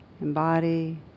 embody